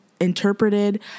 interpreted